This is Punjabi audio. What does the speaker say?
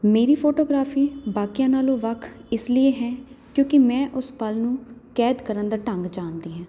ਮੇਰੀ ਫੋਟੋਗ੍ਰਾਫੀ ਬਾਕੀਆਂ ਨਾਲੋਂ ਵੱਖ ਇਸ ਲੀਏ ਹੈ ਕਿਉਂਕਿ ਮੈਂ ਉਸ ਪਲ ਨੂੰ ਕੈਦ ਕਰਨ ਦਾ ਢੰਗ ਜਾਣਦੀ ਹਾਂ